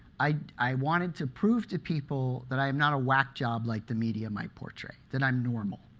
i i wanted to prove to people that i am not a whack job like the media might portray that i'm normal.